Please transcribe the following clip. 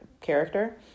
character